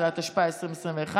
19), התשפ"א 2021,